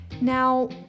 Now